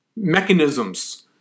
mechanisms